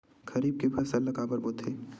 खरीफ के फसल ला काबर बोथे?